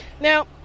now